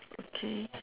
okay